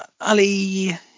Ali